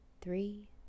three